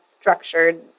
structured